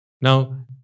Now